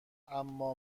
اما